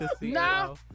no